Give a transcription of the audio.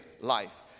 life